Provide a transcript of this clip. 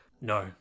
No